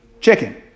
chicken